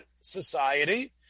society